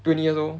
twenty years old